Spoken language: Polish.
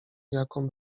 jaką